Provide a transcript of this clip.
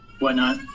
whatnot